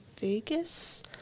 Vegas